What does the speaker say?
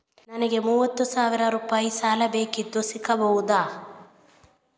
ನನಗೆ ಮೂವತ್ತು ಸಾವಿರ ರೂಪಾಯಿ ಸಾಲ ಬೇಕಿತ್ತು ಸಿಗಬಹುದಾ?